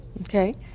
Okay